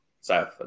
south